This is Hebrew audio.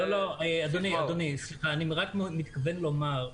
סליחה, אני מתכוון לומר,